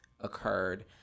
occurred